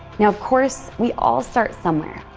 now, of course, we all start somewhere,